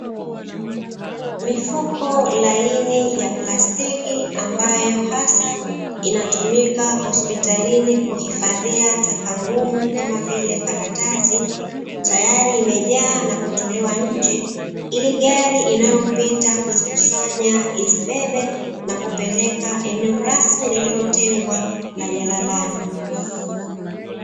Mifuko laini ya plastiki ambayo hasa inatumika hospitalini kuhifadhia taka ngumu kama vile karatasi, tayari imejaa na kutolewa nje ili gari inaopita kuzikusanya izibebe na kupeleka eneo rasmi lililotengwa la jalalani.